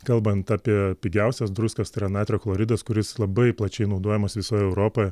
kalbant apie pigiausias druskas tai yra natrio chloridas kuris labai plačiai naudojamas visoje europoje